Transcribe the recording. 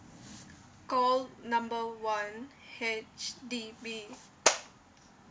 call number one H_D_B